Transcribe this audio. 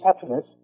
Happiness